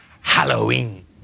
Halloween